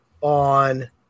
on